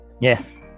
Yes